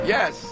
Yes